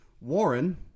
Warren